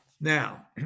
Now